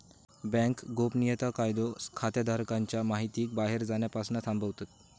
bank गोपनीयता कायदो खाताधारकांच्या महितीक बाहेर जाण्यापासना थांबवता